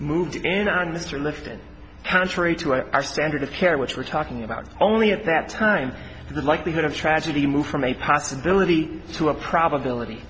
moved in on mr lifton how our standard of care which we're talking about only at that time the likelihood of tragedy moved from a possibility to a probability